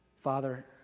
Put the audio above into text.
Father